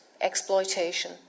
exploitation